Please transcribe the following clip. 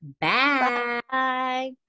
bye